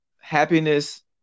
happiness